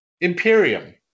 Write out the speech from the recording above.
Imperium